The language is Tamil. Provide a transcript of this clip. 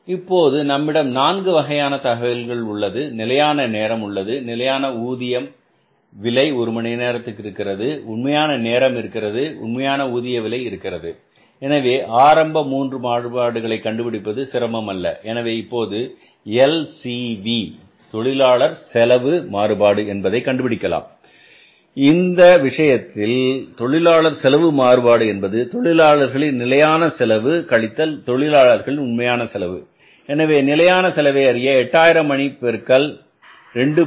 இப்போது நம்மிடம் நான்கு வகையான தகவல்கள் உள்ளது நிலையான நேரம் உள்ளது நிலையான ஊதியம் விலை ஒரு மணி நேரத்திற்கு இருக்கிறது உண்மையான நேரம் இருக்கிறது உண்மையான ஊதிய விலை இருக்கிறது எனவே ஆரம்ப 3 மாறுபாடுகளை கண்டுபிடிப்பது சிரமம் அல்ல எனவே இப்போது LCV தொழிலாளர் செலவு மாறுபாடு என்பதை கண்டுபிடிக்கவும் இந்த விஷயத்தில் தொழிலாளர் செலவு மாறுபாடு என்பது தொழிலாளரின் நிலையான செலவு கழித்தல் தொழிலாளரின் உண்மையான செலவு எனவே நிலையான செலவை அறிய 8000 மணி நேரம் பெருக்கல் 2